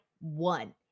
one